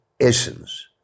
essence